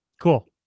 Cool